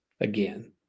again